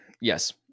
yes